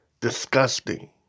disgusting